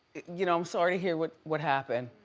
you know, i'm sorry to hear what what happened.